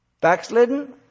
backslidden